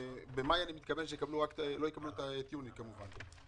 במאי, אני מתכוון שלא יקבלו את יוני, כמובן.